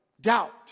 Doubt